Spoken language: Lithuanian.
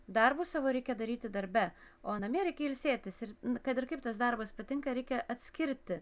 darbus savo reikia daryti darbe o namie reikia ilsėtis ir kad ir kaip tas darbas patinka reikia atskirti